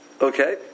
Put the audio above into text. Okay